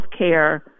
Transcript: healthcare